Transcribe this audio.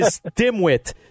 dimwit